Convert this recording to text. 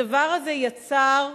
הדבר הזה יצר הזדמנות,